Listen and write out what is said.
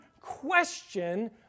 question